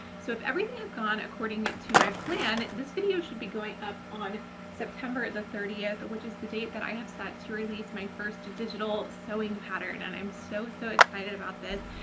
so if everything has gone according to my plan, this video should be going up on september the thirtieth, which is the date that i have set to release my first and digital sewing pattern and i'm so, so excited about this!